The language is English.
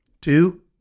Two